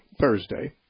Thursday